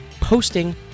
posting